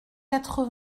quatre